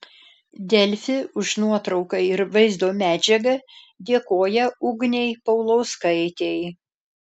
delfi už nuotrauką ir vaizdo medžiagą dėkoja ugnei paulauskaitei